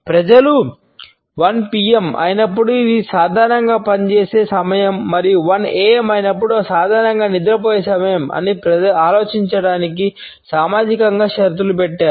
ప్రజలు 1 P M అయినప్పుడు సాధారణంగా నిద్రపోయే సమయం అని ప్రజలు ఆలోచించటానికి సామాజికంగా షరతులు పెట్టారు